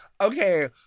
okay